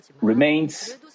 remains